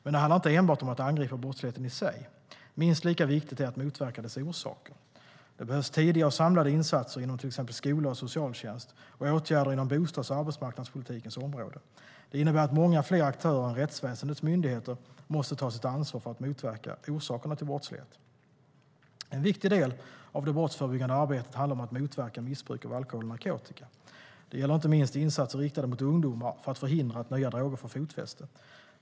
Men det handlar inte enbart om att angripa brottsligheten i sig. Minst lika viktigt är att motverka dess orsaker. Det behövs tidiga och samlade insatser inom till exempel skola och socialtjänst och åtgärder inom bostads och arbetsmarknadspolitikens område. Det innebär att många fler aktörer än rättsväsendets myndigheter måste ta sitt ansvar för att motverka orsakerna till brottslighet. En viktig del av det brottsförebyggande arbetet handlar om att motverka missbruk av alkohol och narkotika. Det gäller inte minst insatser riktade mot ungdomar för att förhindra att nya droger får fotfäste.